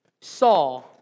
saw